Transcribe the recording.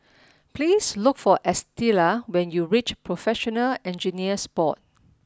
please look for Estela when you reach Professional Engineers Board